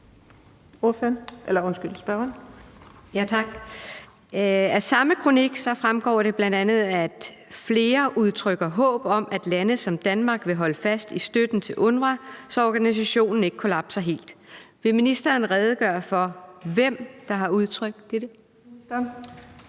Af samme kronik fremgår det bl.a., at flere udtrykker håb om, at lande som Danmark vil holde fast i støtten til UNRWA, så organisationen ikke kollapser helt. Vil ministeren redegøre for, hvem der har udtrykt dette?